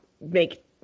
make